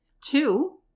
Two